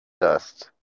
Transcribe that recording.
dust